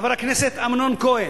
חבר הכנסת אמנון כהן,